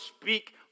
speak